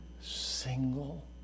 single